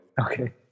Okay